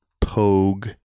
pogue